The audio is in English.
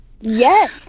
Yes